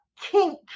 kink